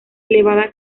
elevada